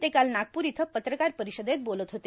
ते काल नागपूर इथं पत्रकार परिषदेत बोलत होते